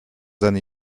seine